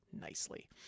nicely